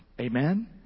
Amen